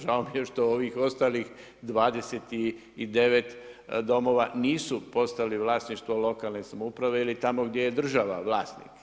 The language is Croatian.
Žao mi je što ovih ostalih 29 domova nisu postali vlasništvo lokalne samouprave ili tamo gdje je država vlasnik.